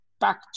back